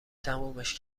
تمومش